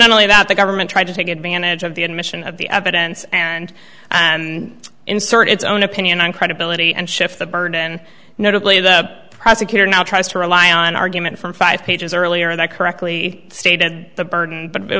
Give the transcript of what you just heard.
not only that the government tried to take advantage of the admission of the evidence and and insert its own opinion on credibility and shift the burden notably the prosecutor now tries to rely on argument from five pages earlier and i correctly stated the burden but it